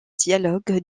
dialogues